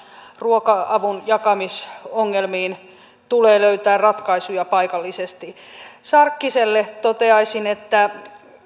ruoka avun jakamisongelmiin tulee löytää ratkaisuja paikallisesti sarkkiselle toteaisin että